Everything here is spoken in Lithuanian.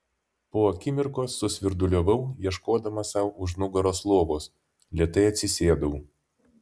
po akimirkos susvirduliavau ieškodama sau už nugaros lovos lėtai atsisėdau